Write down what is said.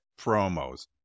promos